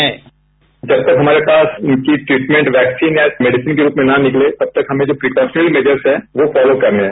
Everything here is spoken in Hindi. साउंड बाईट जब तक हमारे पास इनकी ट्रीटमेंट वैक्सीन या मेडिसिन के रूप में न निकले तब तक जो हमें प्रिकॉशनरी मेजर्स हैं वो फॉलो करने हैं